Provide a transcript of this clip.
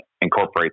incorporate